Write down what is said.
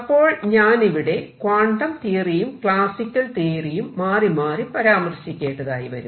അപ്പോൾ ഞാനിവിടെ ക്വാണ്ടം തിയറിയും ക്ലാസിക്കൽ തിയറിയും മാറി മാറി പരാമർശിക്കേണ്ടതായി വരും